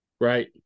right